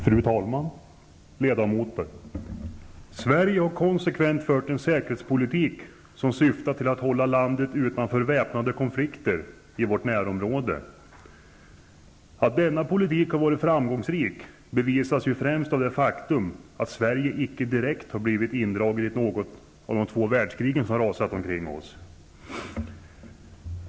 Fru talman! Sverige har konsekvent fört en säkerhetspolitik som syftat till att hålla landet utanför väpnade konflikter i vårt närområde. Att denna politik har varit framgångsrik bevisas främst av det faktum att Sverige icke direkt blivit indraget i något av de två världskrig som rasat omkring oss.